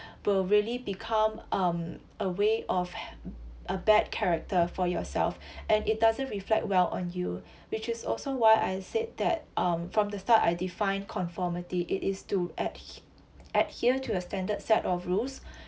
will really become um a way of h~ a bad character for yourself and it doesn't reflect well on you which is also why I said that um from the start I define conformity it is to adh~ adhere to a standard set of rules